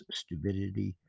stupidity